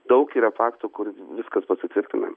daug yra faktų kur viskas pasitvirtina